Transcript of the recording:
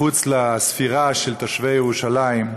מחוץ לספירה של תושבי ירושלים,